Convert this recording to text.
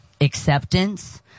acceptance